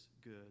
good